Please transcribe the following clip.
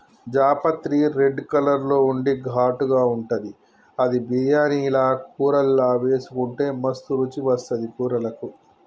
జాపత్రి red colour లో ఉండి ఘాటుగా ఉంటది అది బిర్యానీల కూరల్లా వేసుకుంటే మస్తు రుచి వస్తది కూరలకు